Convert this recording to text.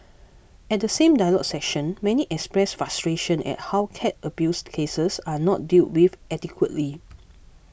at the same dialogue session many expressed frustration at how cat abused cases are not dealt with adequately